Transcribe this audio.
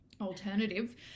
alternative